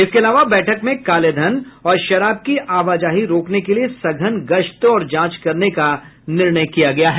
इसके अलावा बैठक में कालेधन और शराब की आवाजाही रोकने के लिये सघन गश्त और जांच करने का निर्णय किया गया है